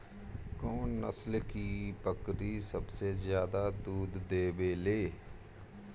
कौन नस्ल की बकरी सबसे ज्यादा दूध देवेले?